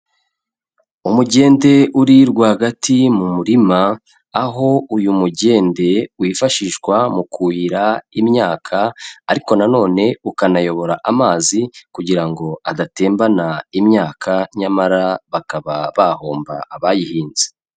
Umugende uri rwagati mu murima, aho uyu mugende wifashishwa mu kuhira imyaka ariko na none ukanayobora amazi kugira ngo adatembana imyaka, nyamara bakaba bahomba abayihinze.